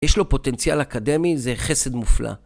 יש לו פוטנציאל אקדמי, זה חסד מופלא.